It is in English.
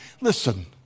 Listen